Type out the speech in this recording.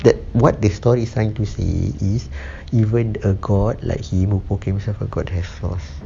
that what the story is trying to say is even a god like him will so god has flaws